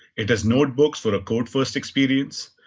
it has notebooks for a code-first experience,